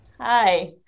Hi